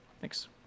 thanks